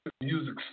Music